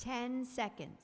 ten seconds